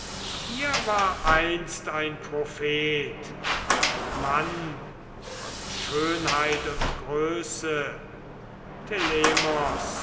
hier war einst ein prophet ein mann von schönheit und größe